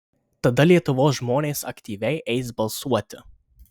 tada lietuvos žmonės aktyviai eis balsuoti